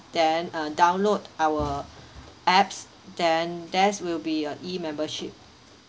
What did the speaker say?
then uh download our apps then there will be a E_membership